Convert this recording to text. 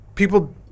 People